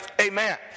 Amen